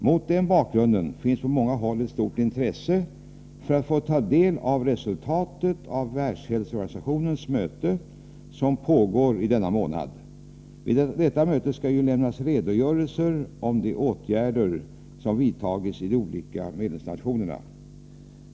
Mot den bakgrunden finns på många håll ett stort intresse för att få ta del av resultatet av världshälsoorganisationens möte, som pågår under denna månad. Vid detta möte skall redogörelser lämnas om de åtgärder som vidtagits i de olika medlemsnationerna.